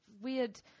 weird